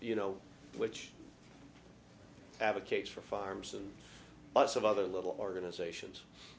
you know which advocates for farms and lots of other little organizations